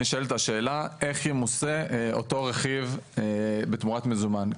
נשאלת השאלה איך יחול המס על אותו רכיב בתמורת מזומן.